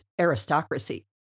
aristocracy